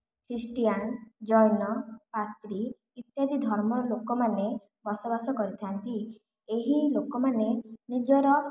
Christian Jain ଆତ୍ରି ଇତ୍ୟାଦି ଧର୍ମର ଲୋକମାନେ ବସବାସ କରିଥାନ୍ତି ଏହି ଲୋକମାନେ ନିଜର